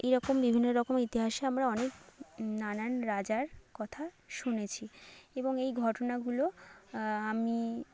এরকম বিভিন্ন রকম ইতিহাসে আমরা অনেক নানান রাজার কথা শুনেছি এবং এই ঘটনাগুলো আমি